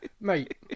mate